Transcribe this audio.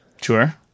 Sure